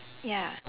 ya